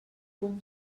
fum